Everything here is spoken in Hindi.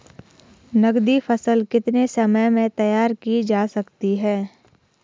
नगदी फसल कितने समय में तैयार की जा सकती है?